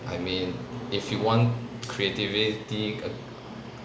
I mean if you want creativity err